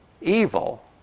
evil